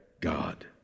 God